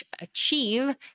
achieve